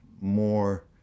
more